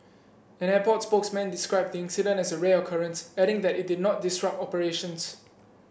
an airport spokesman described the incident as a rare occurrence adding that it did not disrupt operations